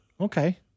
Okay